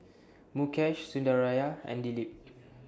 Mukesh Sundaraiah and Dilip